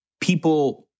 people